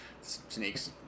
Snakes